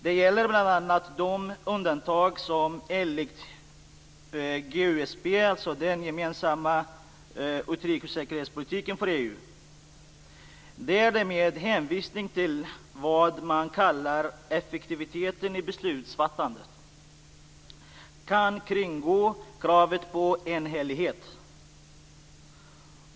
Det gäller bl.a. undantagen när det gäller GUSP, alltså den gemensam utrikes och säkerhetspolitiken för EU. Med hänvisning till vad man kallar effektiviteten i beslutsfattandet kan man kringgå kravet på enhällighet.